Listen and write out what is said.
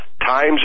times